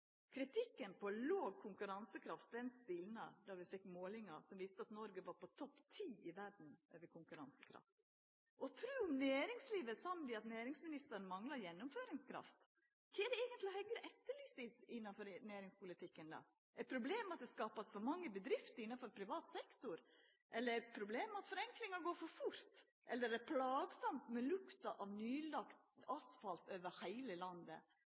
Kritikken på låg konkurransekraft stilna då vi fekk målingar som viste at Noreg var på topp ti i verda over best konkurransekraft. Tru om næringslivet er samd i at næringsministeren manglar gjennomføringskraft? Kva er det eigentleg Høgre etterlyser innanfor næringspolitikken? Er problemet at det skapast for mange bedrifter innanfor privat sektor? Eller er problemet at forenklinga går for fort? Eller er det plagsamt med lukta av nylagd asfalt over heile landet?